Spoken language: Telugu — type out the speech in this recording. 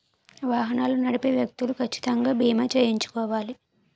వాహనాలు నడిపే వ్యక్తులు కచ్చితంగా బీమా చేయించుకోవాలి